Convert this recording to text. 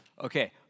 Okay